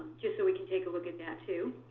just so we can take a look at that, too.